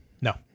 No